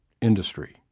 industry